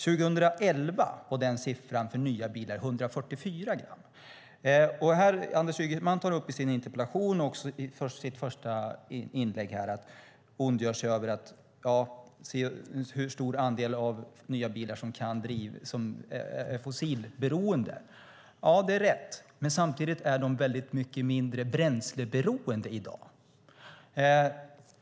2011 var denna siffra för nya bilar 144 gram. Anders Ygeman tar i sin interpellation upp hur stor andel av nya bilar som är fossilberoende, och han ondgör sig över detta i sitt första inlägg. Det är rätt, men samtidigt är bilarna mycket mindre bränsleberoende i dag.